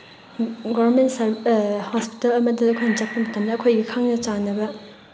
government hospital ꯑꯃꯗ ꯑꯩꯈꯣꯏꯅ ꯆꯠꯄ ꯃꯇꯝꯗ ꯑꯩꯈꯣꯏꯒꯤ ꯈꯪꯅ ꯆꯥꯟꯅꯕ